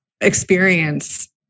experience